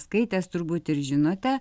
skaitęs turbūt ir žinote